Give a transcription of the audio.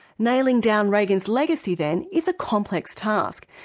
nailing down reagan's legacy then, is a complex task.